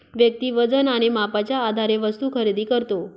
व्यक्ती वजन आणि मापाच्या आधारे वस्तू खरेदी करतो